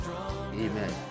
amen